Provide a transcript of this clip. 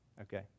Okay